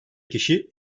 kişi